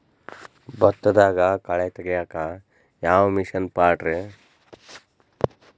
ಭತ್ತದಾಗ ಕಳೆ ತೆಗಿಯಾಕ ಯಾವ ಮಿಷನ್ ಪಾಡ್ರೇ?